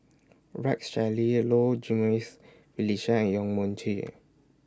Rex Shelley Low Jimenez Felicia and Yong Mun Chee